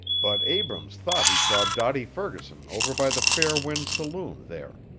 but abrams thought he saw dotty ferguson over by the fair wind saloon there.